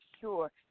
sure